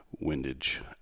windage